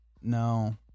No